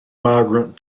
migrant